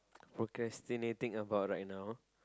procrastinating about right now